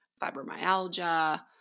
fibromyalgia